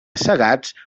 segats